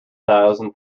thousand